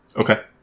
Okay